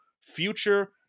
future